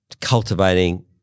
cultivating